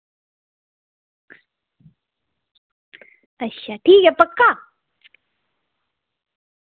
अच्छा ठीक ऐ पक्का